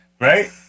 right